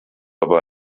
aber